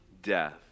death